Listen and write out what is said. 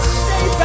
stay